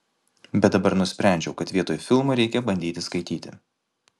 bet dabar nusprendžiau kad vietoj filmų reikia bandyti skaityti